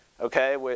okay